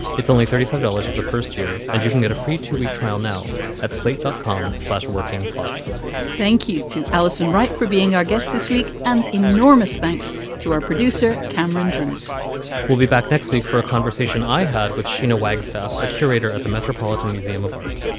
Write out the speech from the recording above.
it's only thirty dollars for the first year and you can get a free two week trial now at slate dot com slash working plus thank you to allison wright for being our guest this week. an enormous thanks to our producer, cameron drewes we'll be back next week for a conversation i had with sheena wagstaff, a curator at the metropolitan museum of art.